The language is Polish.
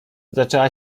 zaczęła